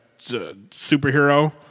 superhero